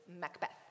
Macbeth